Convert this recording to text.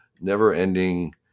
never-ending